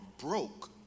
broke